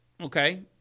Okay